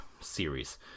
series